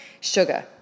sugar